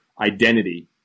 identity